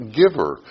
giver